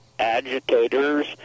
agitators